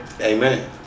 Amen